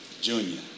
Junior